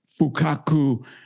Fukaku